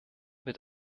mit